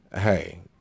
hey